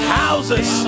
houses